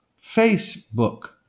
Facebook